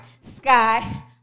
sky